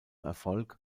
erfolg